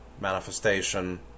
manifestation